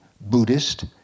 Buddhist